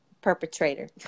Perpetrator